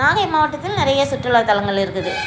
நாகை மாவட்டத்தில் நிறைய சுற்றுலாத்தலங்கள் இருக்குது